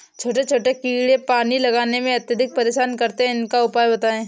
छोटे छोटे कीड़े पानी लगाने में अत्याधिक परेशान करते हैं इनका उपाय बताएं?